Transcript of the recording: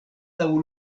laŭ